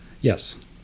Yes